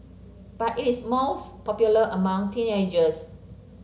but it is most popular among teenagers